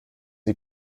die